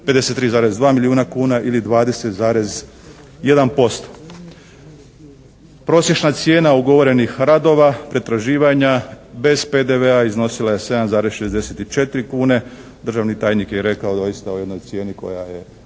53,2 milijuna kuna ili 20,1%. Prosječna cijena ugovorenih radova pretraživanja bez PDV-a iznosila je 7,64 kune. Državni tajnik je rekao doista o jednoj cijeni koja je